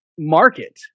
Market